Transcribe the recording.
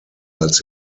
als